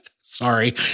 Sorry